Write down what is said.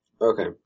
Okay